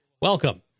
Welcome